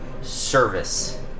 service